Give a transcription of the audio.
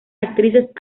actrices